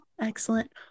Excellent